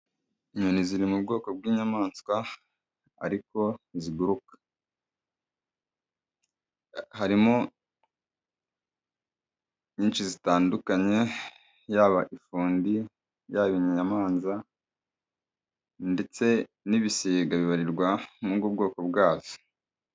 Inyoni ziri mu bwoko bw'inyamaswa ariko ziguruka, harimo nyinshi zitandukanye, yaba ifundi, yaba inyamanza, ndetse n'ibisiga bibarirwa muri ubwo bwoko bwazo.